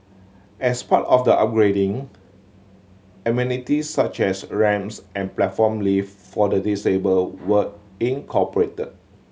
as part of the upgrading amenities such as ramps and a platform lift for the disabled were incorporated